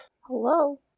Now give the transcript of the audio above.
Hello